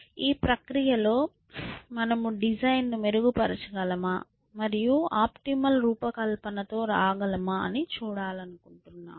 ఈ ప్రక్రియలో మనము డిజైన్ల ను మెరుగుపరచగలమా మరియు ఆప్టిమల్ రూపకల్పనతో రాగలమా అని చూడాలనుకుంటున్నాము